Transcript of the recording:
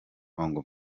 murongo